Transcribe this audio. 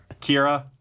Kira